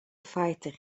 fighter